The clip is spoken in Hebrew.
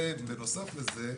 ובנוסף לזה,